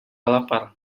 lapar